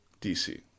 dc